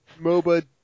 MOBA